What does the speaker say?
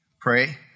pray